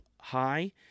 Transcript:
high